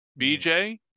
BJ